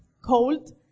cold